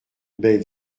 baie